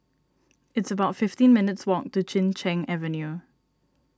it's about fifteen minutes' walk to Chin Cheng Avenue